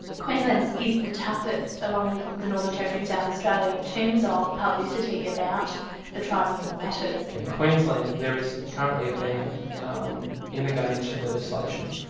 queensland's is the toughest, along with the northern territory and south australia in terms ah of publicity about the tribunal matters. in queensland there is currently a ban um in the guardianship legislation,